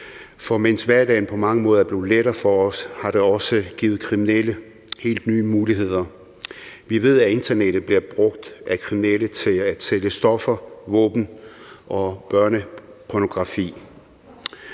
for mens hverdagen på mange måder er blevet lettere for os, har det også givet kriminelle helt nye muligheder. Vi ved, at internettet bliver brugt af kriminelle til at sælge stoffer, våben og børnepornografi,